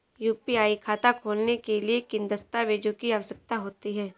UPI खाता खोलने के लिए किन दस्तावेज़ों की आवश्यकता होती है?